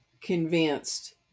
convinced